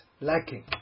lacking